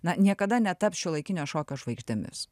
na niekada netaps šiuolaikinio šokio žvaigždėmis